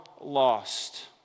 lost